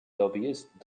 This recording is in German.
lobbyisten